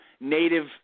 native